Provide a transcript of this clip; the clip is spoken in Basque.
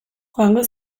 joango